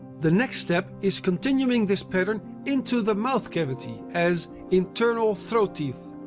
the next step is continuing this pattern into the mouth cavity as internal throat teeth.